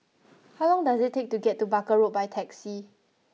how long does it take to get to Barker Road by taxi